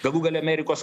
galų gale amerikos